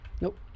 Nope